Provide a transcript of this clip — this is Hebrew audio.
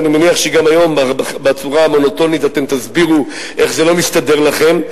ואני מניח שגם היום בצורה המונוטונית אתם תסבירו איך זה לא מסתדר לכם.